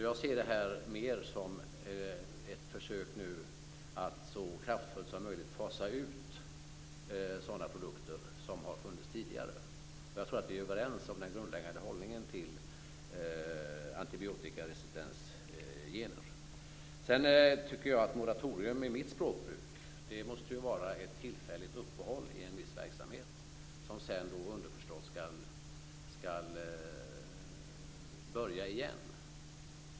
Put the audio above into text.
Jag ser det här mer som ett försök att nu så kraftfullt som möjligt fasa ut sådana produkter som har funnits tidigare. Jag tror att vi är överens om den grundläggande hållningen till antibiotikaresistens i gener. Moratorium enligt mitt språkbruk måste vara ett tillfälligt uppehåll i en viss verksamhet som sedan underförstått skall börja igen.